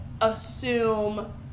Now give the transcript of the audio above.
assume